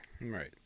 Right